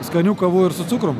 skanių kavų ir su cukrum